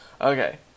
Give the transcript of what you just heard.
Okay